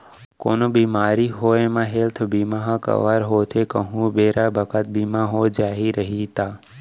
कोनो बेमारी होये म हेल्थ बीमा ह कव्हर होथे कहूं बेरा बखत बीमा हो जाही रइही ता